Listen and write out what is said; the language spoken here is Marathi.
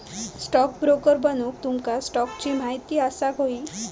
स्टॉकब्रोकर बनूक तुमका स्टॉक्सची महिती असाक व्हयी